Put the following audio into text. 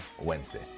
Wednesday